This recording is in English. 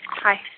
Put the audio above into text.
Hi